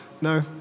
No